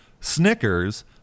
Snickers